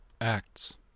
Acts